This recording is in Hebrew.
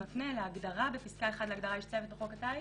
להגדרה "איש צוות" בחוק הטיס,